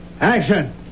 Action